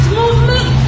movement